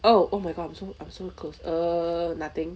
oh oh my god I'm so I'm so close err nothing